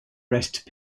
rest